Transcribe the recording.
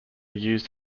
used